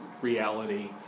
reality